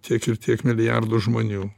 tiek ir tiek milijardų žmonių